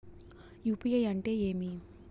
UPI అంటే ఏమి?